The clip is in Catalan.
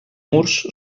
murs